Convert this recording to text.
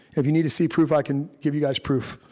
if you need to see proof, i can give you guys proof.